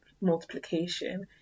multiplication